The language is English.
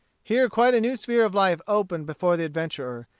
here quite a new sphere of life opened before the adventurer,